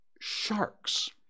sharks